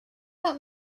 help